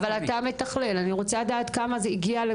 אבל אתה מתכלל, אני רוצה לדעת כמה הגיעו?